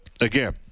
again